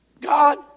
God